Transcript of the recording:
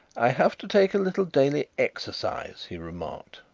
i have to take a little daily exercise, he remarked,